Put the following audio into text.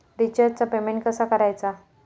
रिचार्जचा पेमेंट कसा करायचा?